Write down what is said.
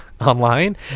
online